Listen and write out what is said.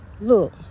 Look